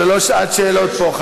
זו לא שעת שאלות פה.